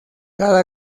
cada